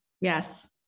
Yes